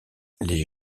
les